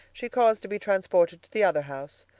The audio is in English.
she caused to be transported to the other house,